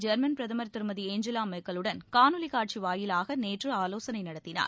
German பிரதமர் திருமதி Angela மெர்க்கலுடன் காணொலி காட்சி வாயிலாக நேற்று ஆலோசனை நடத்தினார்